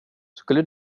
skulle